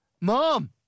Mom